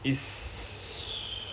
is